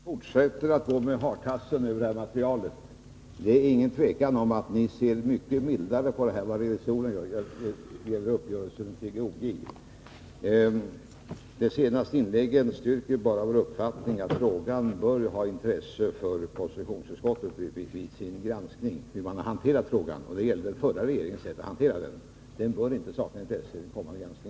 Herr talman! Tage Sundkvist fortsätter att gå med hartassen över det här materialet. Det är inget tvivel om att ni reservanter ser mycket mildare på uppgörelsen med Gränges än vad revisorerna gör. De senaste inläggen styrker bara vår uppfattning att frågan bör ha intresse för konstitutionsutskottet vid en granskning av hur den förra regeringen hanterade frågan.